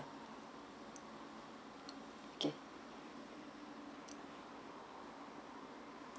K